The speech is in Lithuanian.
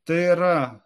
tai yra